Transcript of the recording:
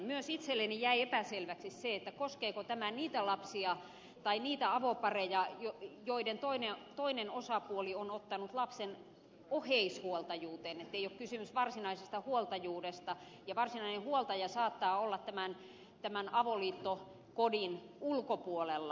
myös itselleni jäi epäselväksi se koskeeko tämä niitä avopareja joiden toinen osapuoli on ottanut lapsen oheishuoltajuuteen niin ettei ole kysymys varsinaisesta huoltajuudesta ja varsinainen huoltaja saattaa olla tämän avoliittokodin ulkopuolella